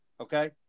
Okay